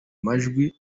majwi